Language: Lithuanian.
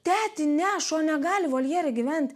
teti ne šuo negali voljere gyventi